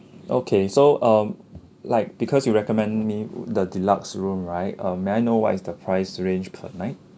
okay so um like because you recommend me the deluxe room right um may I know what is the price range per night